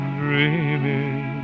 dreaming